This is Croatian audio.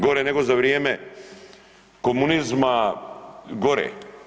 Gore nego za vrijeme komunizma, gore.